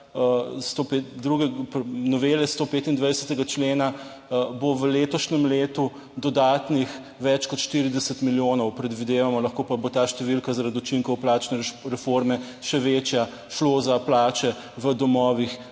novele 125. člena bo v letošnjem letu dodatnih več kot 40 milijonov, predvidevamo, lahko pa bo ta številka zaradi učinkov plačne reforme še večja, šlo za plače v domovih,